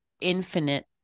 infinite